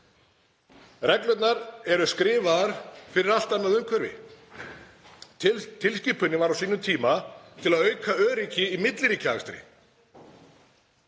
Reglurnar eru skrifaðar fyrir allt annað umhverfi. Tilskipunin var á sínum tíma til að auka öryggi í milliríkjaakstri